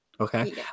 Okay